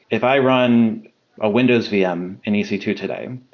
if i run a windows vm in e c two today,